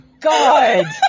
God